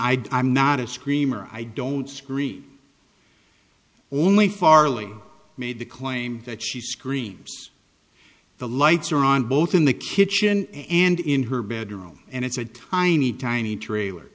did i'm not a screamer i don't scream only farley made the claim that she screams the lights are on both in the kitchen and in her bedroom and it's a tiny tiny trailer